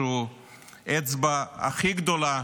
שהוא האצבע הכי גדולה